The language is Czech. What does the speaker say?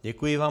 Děkuji vám.